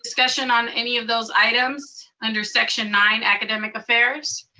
discussion on any of those items, under section nine, academic affairs?